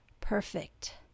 perfect